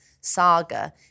saga